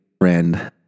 friend